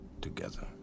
together